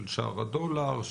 של שער הדולר,